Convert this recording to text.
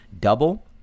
double